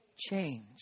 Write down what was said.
change